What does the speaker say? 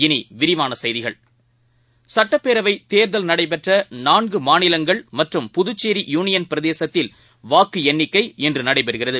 இனி விரிவான செய்திகள் சுட்டப்பேரவை தேர்தல் நடைபெற்ற நான்கு மாநிலங்கள் மற்றும் புதுச்சேரி யூனியன் பிரதேசத்தில் வாக்கு எண்ணிக்கை இன்று நடைபெறுகிறது